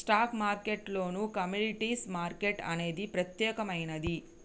stock మార్కెట్టులోనే commodities market అనేది ప్రత్యేకమైనది